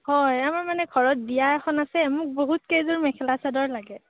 হয় আমাৰ মানে ঘৰত বিয়া এখন আছে মোক বহুত কেইযোৰ মেখেলা চাদৰ লাগে